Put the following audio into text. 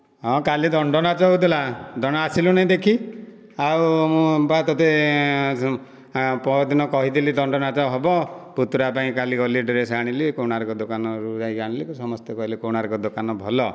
ହଁ କାଲି ଦଣ୍ଡ ନାଚ ହେଉଥିଲା ଦଣ୍ଡ ଆସିଲୁନୁ ଦେଖି ଆଉ ମୁଁ ପରା ତତେ ପହର ଦିନ କହିଥିଲି ଦଣ୍ଡ ନାଚ ହେବ ପୁତୁରା ପାଇଁ ଗଲି କାଲି ଡ୍ରେସ୍ ଆଣିଲି କୋଣାର୍କ ଦୋକାନରୁ ଯାଇକି ଆଣିଲି ସମସ୍ତେ କହିଲେ କୋଣାର୍କ ଦୋକାନ ଭଲ